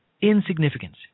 insignificance